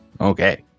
Okay